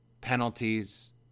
penalties